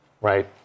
right